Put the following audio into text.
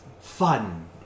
fun